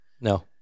No